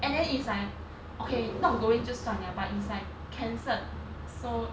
and then it's like okay not going 就算了 but it's like cancelled so